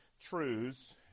truths